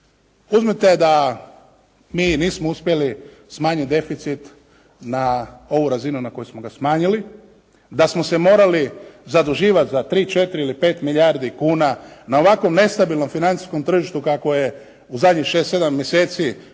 uzmite da mi nismo uspjeli smanjiti deficit na ovu razinu na koju smo ga smanjili, da smo se morali zaduživati za 3, 4 ili 5 milijardi kuna na ovako nestabilnom financijskom tržištu kakvo je u zadnjih 6, 7 mjeseci